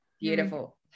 beautiful